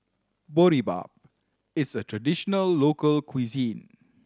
boribap is a traditional local cuisine